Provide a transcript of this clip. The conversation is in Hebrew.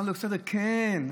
אומר לו אלכסנדר: כן.